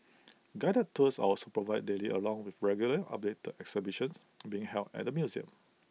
guided tours are also provided daily along with regular updated exhibitions being held at the museum